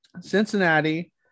Cincinnati